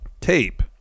tape